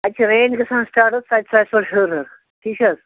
اچھا رینٛج گژھان حظ سِٹاٹ حظ سَتہِ ساسہِ پٮ۪ٹھ شُروٗع تھیٖک چھا حظ